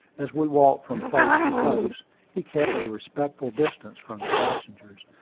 as we walked from place to place he kept at a respectful distance from the passengers,